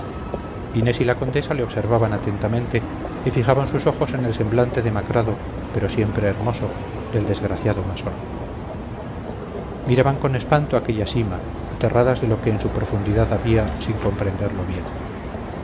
inés y la condesa le observaban atentamente y fijaban sus ojos en el semblante demacrado pero siempre hermoso del desgraciado masón miraban con espanto aquella sima aterradas de lo que en su profundidad había sin comprenderlo bien